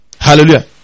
Hallelujah